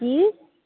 जी